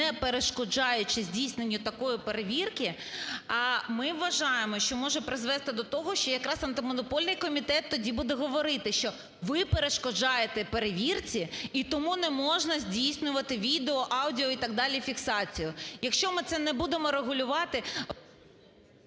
не перешкоджаючи здійсненню такої перевірки, ми вважаємо, що може призвести до того, що якраз Антимонопольний комітет тоді буде говорити, що ви перешкоджаєте перевірці, і тому не можна здійснювати відео-, аудіо- і так далі фіксацію. Якщо ми це не будемо регулювати…